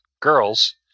girls